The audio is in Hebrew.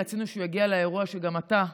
רצינו שהוא יגיע לאירוע שגם אתה,